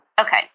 okay